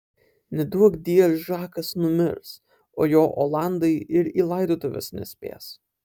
neduokdie žakas numirs o jo olandai ir į laidotuves nespės